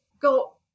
go